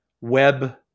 web